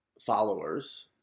followers